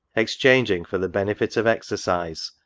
exchanging, for the benefit of exercise,